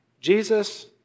Jesus